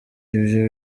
ibyo